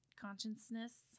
consciousness